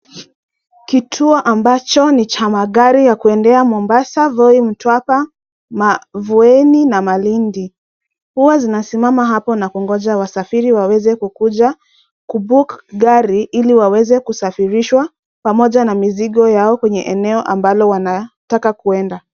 Kituo ambacho ni cha magari ya kuenda Mombasa, Voi, Mtwapa, Mavueni na Malindi. Huwa zinasimama hapo na kungoja wasafiri waweze kukuja ku book gari ili waweze kusafirishwa pamoja na mizigo yao kwenye eneo ambalo wanataka kuenda.